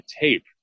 tape